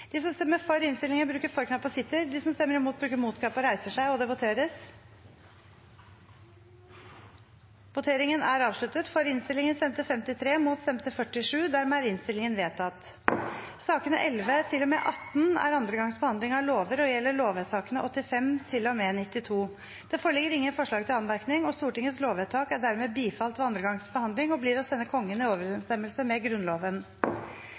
De Grønne og Rødt har varslet at de vil stemme imot. Sakene nr. 11–18 er andre gangs behandling av lovsaker og gjelder lovvedtakene 85 til og med 92. Det foreligger ingen forslag til anmerkning. Stortingets lovvedtak er dermed bifalt ved andre gangs behandling og blir å sende Kongen i overensstemmelse med Grunnloven.